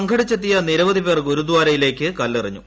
സംഘടിച്ചെത്തിയ നിരവധി പേർ ഗുരുദാരയിലേക്ക് കല്ലെറിഞ്ഞു